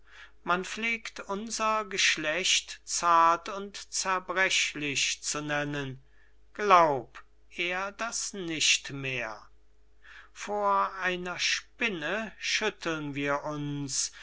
man pflegt unser geschlecht zart und zerbrechlich zu nennen glaub er das nicht mehr vor einer spinne schütteln wir uns